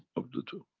of the two.